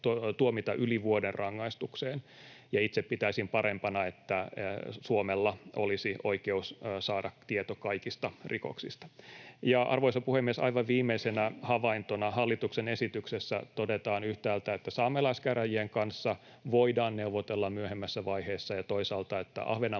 tuomita yli vuoden rangaistukseen. Itse pitäisin parempana, että Suomella olisi oikeus saada tieto kaikista rikoksista. Arvoisa puhemies! Aivan viimeisenä havaintona hallituksen esityksessä todetaan yhtäältä, että saamelaiskäräjien kanssa voidaan neuvotella myöhemmässä vaiheessa, ja toisaalta, että Ahvenanmaan